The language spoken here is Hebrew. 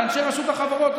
לאנשי רשות החברות,